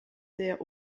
der